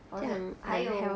而且还有